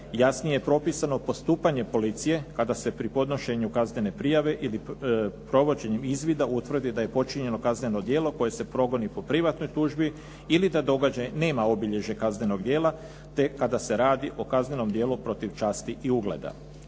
jasnije je propisano postupanje policije kada se pri podnošenju kaznene prijave ili provođenjem izvida utvrdi da je počinjeno kazneno djelo koje se progoni po privatnoj tužbi ili da događaj nema obilježje kaznenog djela te kada se radi o kaznenom dijelu protiv časti i ugleda.